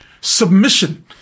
Submission